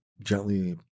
gently